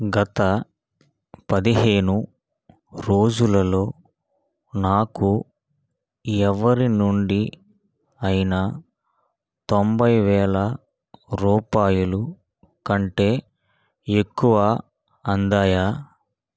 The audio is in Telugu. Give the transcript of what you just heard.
గత పదిహేను రోజులలో నాకు ఎవరి నుండి అయినా తొంభై వేల రూపాయల కంటే ఎక్కువ అందాయా